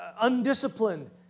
undisciplined